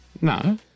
No